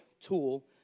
tool